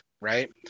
right